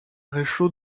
réchaud